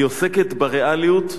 היא עוסקת בריאליות,